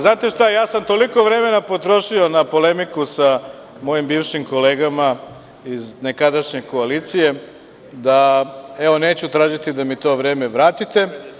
Znate šta, ja sam toliko vremena potrošio na polemiku sa mojim bivšim kolegama iz nekadašnje koalicije, da neću tražiti da mi to vreme vratite.